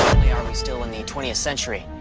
still in the twentieth century.